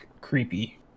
creepy